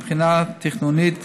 מבחינה תכנונית,